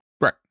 Right